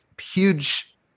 huge